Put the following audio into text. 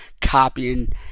copying